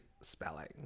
Spelling